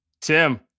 Tim